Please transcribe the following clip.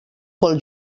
pel